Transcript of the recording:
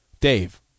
Dave